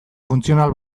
funtzional